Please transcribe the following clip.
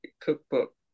cookbook